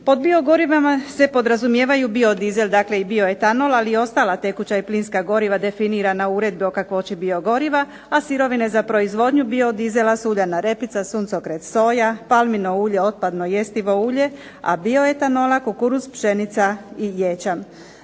Pod biogorivima se podrazumijevaju biodizel, dakle i bioetanol, ali i ostala tekuća i plinska goriva definirana u uredbi o kakvoći biogoriva, a sirovine za proizvodnju biodizela su uljana repica, suncokret soja, palmino ulje, otpadno, jestivo ulje, a bioetanola kukuruz, pšenica i ječam.